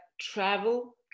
travel